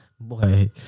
Boy